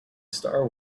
star